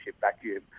vacuum